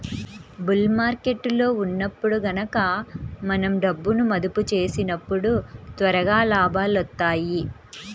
bull మార్కెట్టులో ఉన్నప్పుడు గనక మనం డబ్బును మదుపు చేసినప్పుడు త్వరగా లాభాలొత్తాయి